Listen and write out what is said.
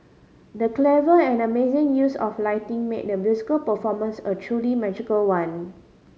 the clever and amazing use of lighting made the musical performance a truly magical one